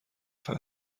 فقط